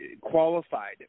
qualified